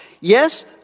yes